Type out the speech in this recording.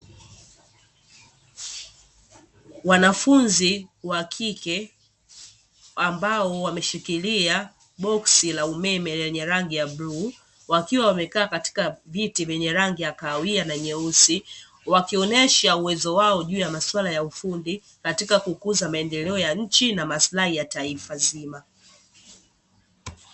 Wanafunzi wa kike ambao wameshikilia boksi la umeme lenye rangi ya bluu, wakiwa wamekaa katika viti vyenye rangi ya kahawia na nyeusi wakionesha uwezo wao juu ya maswala ya ufundi; katika kukuza maendeleo ya nchi na masilai ya taifa zima.